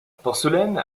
porcelaine